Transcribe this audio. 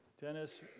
Dennis